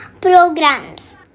programs